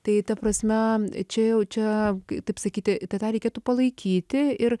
tai ta prasme čia jau čia taip sakyti tą tą reikėtų palaikyti ir